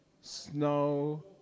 Snow